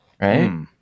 right